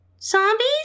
zombies